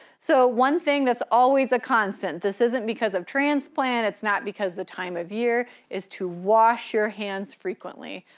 so one thing that's always a constant, this isn't because of transplant, it's not because the time of year, is to wash your hands frequently.